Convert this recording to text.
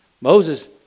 Moses